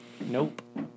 Nope